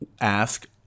ask